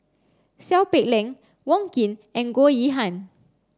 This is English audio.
Seow Peck Leng Wong Keen and Goh Yihan